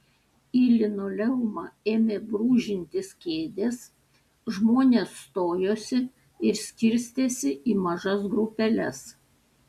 į linoleumą ėmė brūžintis kėdės žmonės stojosi ir skirstėsi į mažas grupeles